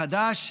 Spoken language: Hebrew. חדש.